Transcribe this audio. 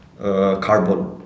carbon